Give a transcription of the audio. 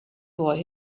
boy